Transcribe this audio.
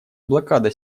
блокада